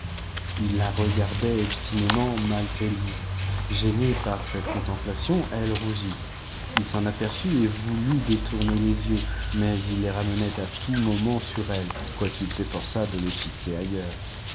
il la regardait obstinément malgré lui gênée par cette contemplation elle rougit il s'en aperçut et voulut détourner les yeux mais il les ramenait à tout moment sur elle quoiqu'il s'efforçât de les fixer ailleurs